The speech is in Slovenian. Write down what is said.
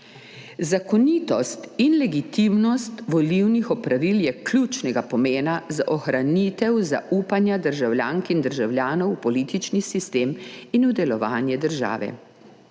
Zakonitost in legitimnost volilnih opravil je ključnega pomena za ohranitev zaupanja državljank in državljanov v politični sistem in v delovanje države.